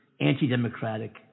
anti-democratic